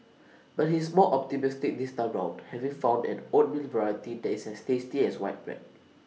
but he's more optimistic this time round having found an oatmeal variety that is as tasty as white bread